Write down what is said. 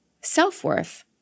self-worth